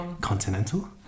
continental